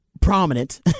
prominent